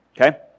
Okay